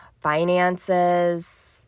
finances